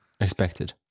expected